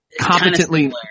competently